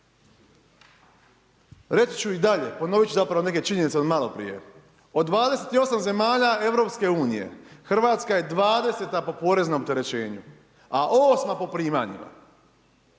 Reći ću i dalje, ponovit ću zapravo neke činjenice od maloprije. Od 28 zemalja EU, Hrvatska je 20. po poreznom opterećenju, a 8. po primanjima.